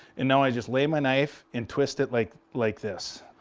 and now i just lay my knife and twist it like like this.